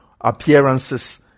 appearances